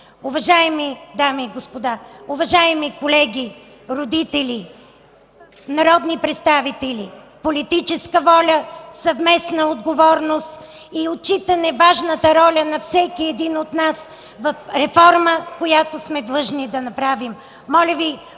Уважаеми дами и господа, уважаеми колеги, родители, народни представители – политическа воля, съвместна отговорност и отчитане важната роля на всеки един от нас в реформа, която сме длъжни да направим.